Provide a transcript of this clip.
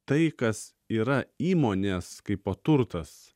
tai kas yra įmonės kaipo turtas